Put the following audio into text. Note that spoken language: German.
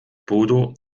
bodo